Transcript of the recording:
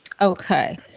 Okay